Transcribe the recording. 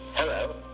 Hello